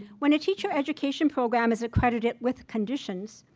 when a teacher education program is accredited with conditions,